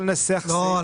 לא.